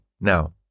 Now